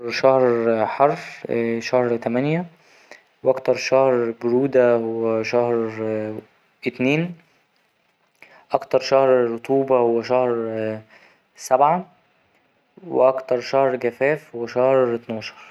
شهر حر شهر تمانية، وأكتر شهر برودة هو شهر أتنين، أكتر شهر رطوبة هو شهر سبعة، وأكتر شهر جفاف هو شهر أتناشر